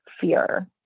fear